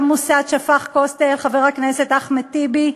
מוסת שפך כוס תה על חבר הכנסת אחמד טיבי.